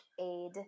aid